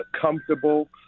comfortable